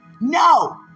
no